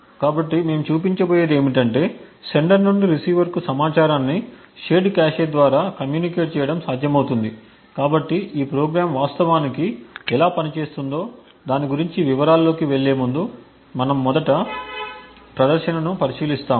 కాబట్టి మేము చూపించబోయేది ఏమిటంటే సెండర్ నుండి రిసీవర్ కు సమాచారాన్ని షేర్డ్ కాష్ ద్వారా కమ్యూనికేట్ చేయటం సాధ్యమవుతుంది కాబట్టి ఈ ప్రోగ్రామ్ వాస్తవానికి ఎలా పనిచేస్తుందనే దాని గురించి వివరాల్లోకి వెళ్ళే ముందు మనం మొదట ప్రదర్శనను పరిశీలిస్తాము